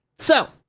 so,